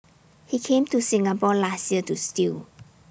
he came to Singapore last year to steal